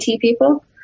people